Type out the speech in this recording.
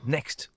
Next